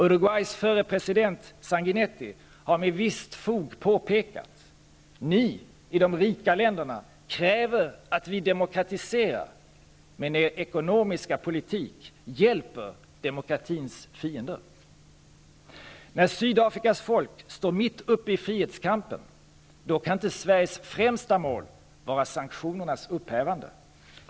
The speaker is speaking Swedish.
Uruguays förre president Sanguinetti har med visst fog påpekat: Ni i de rika länderna kräver att vi demokratiserar, men er ekonomiska politik hjälper demokratins fiender. När Sydafrikas folk står mitt uppe i frihetskampen, då kan inte Sveriges främsta mål vara sanktionernas upphävande.